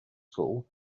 school